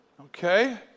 Okay